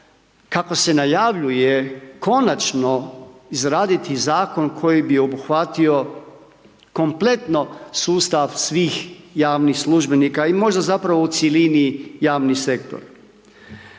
kako se najavljuje konačno izraditi zakon koji bi obuhvatio kompletno sustav svih javnih službenika i možda zapravo u cjelini javni sektor.